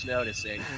noticing